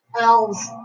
elves